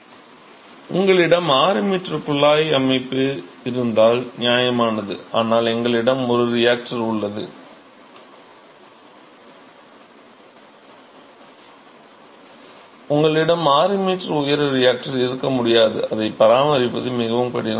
எனவே உங்களிடம் 6 m குழாய் அமைப்பு இருந்தால் நியாயமானது ஆனால் எங்களிடம் ஒரு ரியாக்டர் உள்ளது உங்களிடம் 6 m உயர ரியாக்டர் இருக்க முடியாது அதை பராமரிப்பது மிகவும் கடினம்